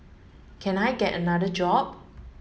can I get another job